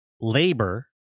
labor